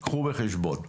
קחו בחשבון.